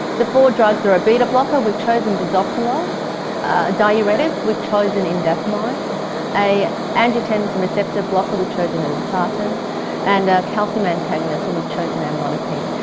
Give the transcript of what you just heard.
the four drugs are a beta-blocker, we've chosen bisoprolol a diuretic, we've chosen indapamide an angiotensin-receptor blocker, we've chosen irbesartan and a calcium antagonist, and we've chosen amlodipine.